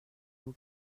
vous